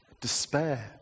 Despair